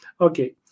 Okay